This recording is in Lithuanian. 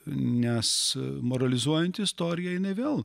nes moralizuojant istorijoj jinai vėl